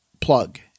plug